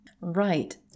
Right